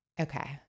Okay